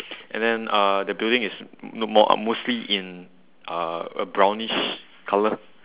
and then uh the building is m~ m~ more mostly in uh a brownish color